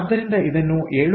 ಆದ್ದರಿಂದ ಇದನ್ನು 7